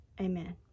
amen